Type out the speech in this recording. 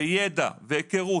ידע והיכרות.